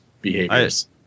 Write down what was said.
behaviors